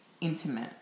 Intimate